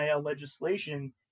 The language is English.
legislation